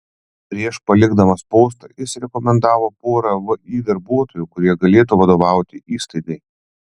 prieš palikdamas postą jis rekomendavo porą vį darbuotojų kurie galėtų vadovauti įstaigai